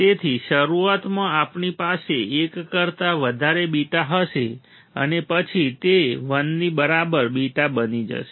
તેથી શરૂઆતમાં આપણી પાસે એક કરતા વધારે બીટા હશે અને પછી તે 1 ની બરાબર બીટા બની જશે